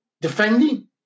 defending